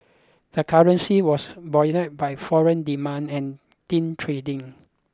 the currency was buoyed by foreign demand and thin trading